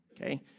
okay